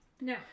No